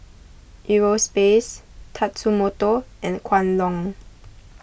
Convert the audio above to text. Eurospace Tatsumoto and Kwan Loong